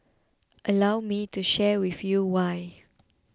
allow me to share with you why